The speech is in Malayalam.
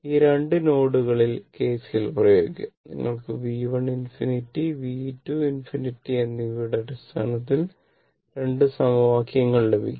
ആ 2 നോഡുകളിൽ KCL പ്രയോഗിക്കുക നിങ്ങൾക്ക് V1∞ V2∞ എന്നിവയുടെ അടിസ്ഥാനത്തിൽ 2 സമവാക്യങ്ങൾ ലഭിക്കും